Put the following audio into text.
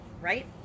right